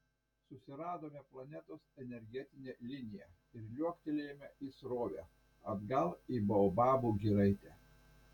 susiradome planetos energetinę liniją ir liuoktelėjome į srovę atgal į baobabų giraitę